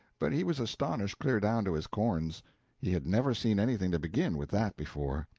but he was astonished clear down to his corns he had never seen anything to begin with that, before.